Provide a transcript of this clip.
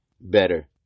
better